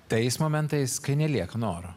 tais momentais kai nelieka noro